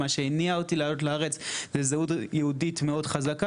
מה שהניע אותי לעלות לארץ זה זהות יהודית מאוד חזקה,